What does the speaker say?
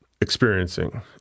experiencing